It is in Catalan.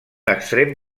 extrem